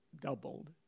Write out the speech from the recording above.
doubled